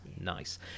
nice